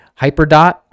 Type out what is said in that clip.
HyperDot